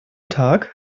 tag